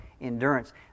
endurance